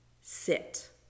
sit